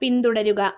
പിന്തുടരുക